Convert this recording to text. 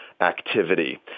activity